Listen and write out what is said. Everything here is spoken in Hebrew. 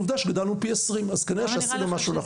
עובדה שגדלנו פי 20, כנראה שעשינו משהו נכון.